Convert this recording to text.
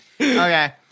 Okay